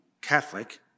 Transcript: Catholic